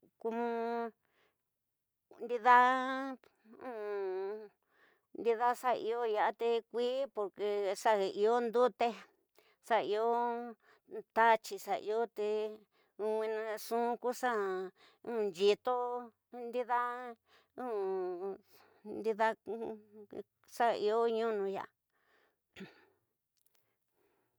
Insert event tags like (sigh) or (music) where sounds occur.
Komo, ndida (hesitation) ndida xa iyo ya'a te kui, porque xa iyo ndete xa iyo tatyi, xa iyo te nuina nxu kuxa (hesitation) nyito ndida (hesitation) ndidá xa iyo ñunu ya'a. (noise)